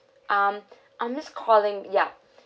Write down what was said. um I'm just calling ya